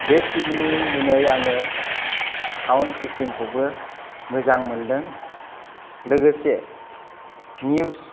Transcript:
बे टिभिनि जुनै आङो साउन्ड सिस्टेमखौबो मोजां मोनदों लोगोसे निउस